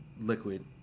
liquid